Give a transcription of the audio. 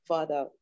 Father